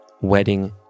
wedding